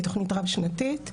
היא תכנית רב שנתית.